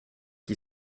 qui